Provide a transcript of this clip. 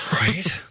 Right